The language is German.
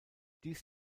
dies